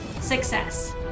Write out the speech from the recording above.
success